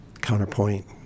counterpoint